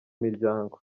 miryango